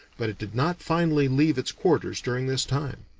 but it did not finally leave its quarters during this time.